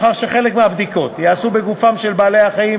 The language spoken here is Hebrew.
מאחר שחלק מהבדיקות ייעשה בגופם של בעלי-החיים,